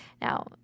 Now